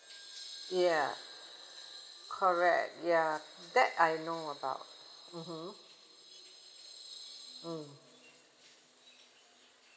yeah correct yeah that I know about mmhmm mm